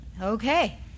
okay